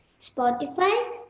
Spotify